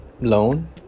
loan